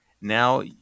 now